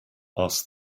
asked